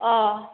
अह